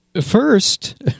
first